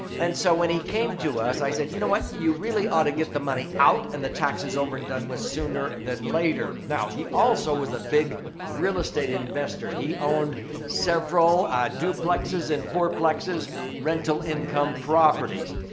and so, when he came to us, i said, you know what? you really ought to get the money out and the tax is over and done with sooner than later. now, he also was a big real estate investor. he owned several duplexes and fourplexes rental income properties.